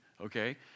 okay